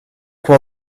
while